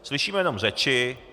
Slyšíme jenom řeči.